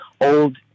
old